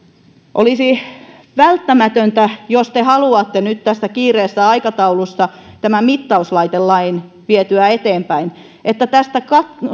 olisi välttämätöntä jos te haluatte nyt tässä kiireisessä aikataulussa tämän mittauslaitelain viedä eteenpäin että tästä